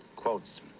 Quotes